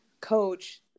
coach